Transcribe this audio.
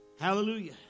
Hallelujah